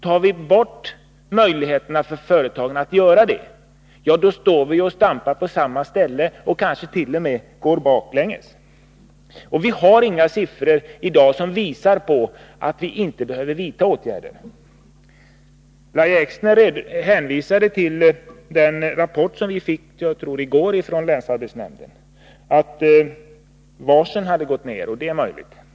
Tar vi bort dessa möjligheter för företagen, står de och stampar på samma ställe och kanske t.o.m. går baklänges. Det finns inga siffror som visar på att vi inte behöver vidta åtgärder. Lahja Exner hänvisade till den rapport som vi fick i går från länsarbetsnämnden om att antalet varsel hade minskat. Det är möjligt att det är så.